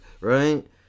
Right